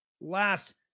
last